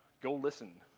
go listen.